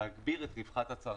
להגביר את רווחת הצרכן.